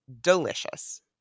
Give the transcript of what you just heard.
delicious